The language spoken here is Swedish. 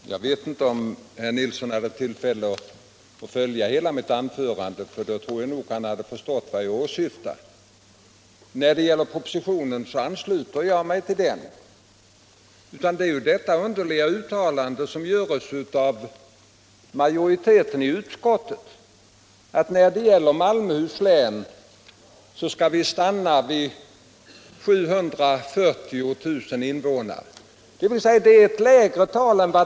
Herr talman! Jag vet inte om herr Nilsson i Tvärålund hade tillfälle att följa hela mitt anförande — annars hade han nog förstått vad jag åsyftar. Jag ansluter mig till propositionen, däremot inte till det underliga uttalande som utskottsmajoriteten gör bl.a. om Malmöhus län. Där skall vi enligt utskottets förslag stanna vid planering för 740 000 invånare, dvs. ett lägre tal än i dag.